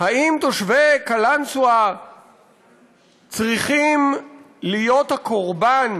האם תושבי קלנסואה צריכים להיות הקורבן